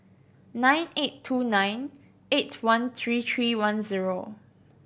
nine eight two nine eight one three three one zero